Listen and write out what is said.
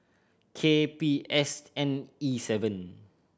K P S N E seven